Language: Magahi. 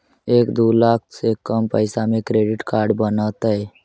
एक दू लाख से कम पैसा में क्रेडिट कार्ड बनतैय?